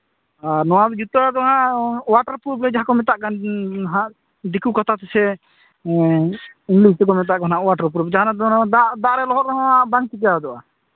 ᱟᱨ ᱱᱚᱣᱟ ᱡᱩᱛᱟᱹ ᱫᱚ ᱦᱟᱸᱜ ᱚᱣᱟᱴᱟᱨ ᱯᱨᱩᱯᱷ ᱡᱟᱦᱟᱸ ᱠᱚ ᱢᱮᱛᱟᱜ ᱠᱟᱱᱟ ᱫᱤᱠᱩ ᱠᱟᱛᱷᱟ ᱛᱮᱥᱮ ᱤᱝᱞᱤᱥ ᱛᱮᱠᱚ ᱢᱮᱛᱟᱜ ᱠᱟᱱᱟ ᱚᱣᱟᱴᱟᱨ ᱯᱨᱩᱯᱷ ᱡᱟᱦᱟᱸᱫᱚ ᱫᱟᱜ ᱨᱮ ᱞᱮᱦᱮᱫ ᱨᱮᱦᱚᱸ ᱵᱟᱝ ᱪᱤᱠᱟᱹ ᱦᱚᱫᱚᱜᱼᱟ